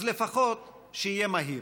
אז לפחות שיהיה מהיר.